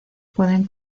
pueden